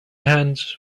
hands